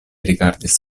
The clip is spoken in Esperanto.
rigardis